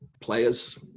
Players